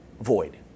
void